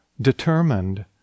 determined